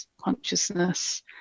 consciousness